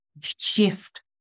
shift